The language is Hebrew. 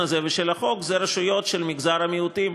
הזה ושל החוק אלה רשויות של מגזר המיעוטים,